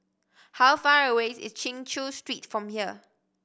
how far away is Chin Chew Street from here